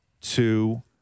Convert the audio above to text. two